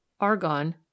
Argon